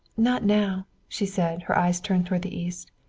not now, she said, her eyes turned toward the east.